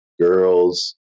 girls